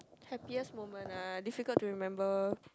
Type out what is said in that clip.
happiest moment ah difficult to remember